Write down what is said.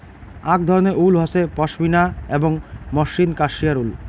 আক ধরণের উল হসে পশমিনা এবং মসৃণ কাশ্মেয়ার উল